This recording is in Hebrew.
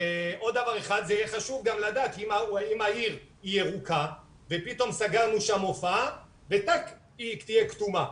אם העיר היא ירוקה ופתאום סגרנו שם הופעה ופתאום היא תהיה כתומה,